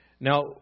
Now